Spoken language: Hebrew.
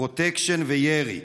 פרוטקשן וירי.